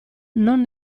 non